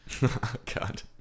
God